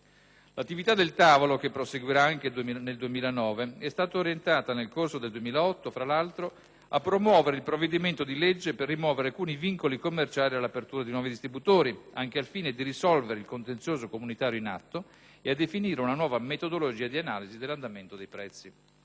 L'attività del tavolo, che proseguirà anche nel 2009, è stata orientata nel corso del 2008, tra l'altro, a promuovere il provvedimento di legge per rimuovere alcuni vincoli commerciali all'apertura di nuovi distributori, anche al fine di risolvere il contenzioso comunitario in atto, e a definire una nuova metodologia di analisi dell'andamento dei prezzi.